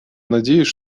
надеюсь